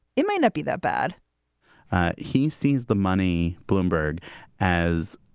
it may not be that bad he sees the money bloomberg as.